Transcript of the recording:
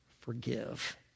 forgive